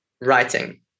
writing